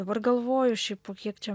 dabar galvoju šiaip po kiek čia